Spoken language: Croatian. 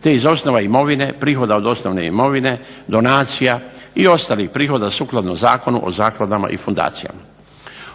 te iz osnova imovine, prihoda od osnovne imovine, donacija i ostalih prihoda sukladno Zakonu o zakladama i fundacijama.